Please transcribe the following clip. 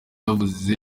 avuze